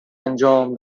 انجام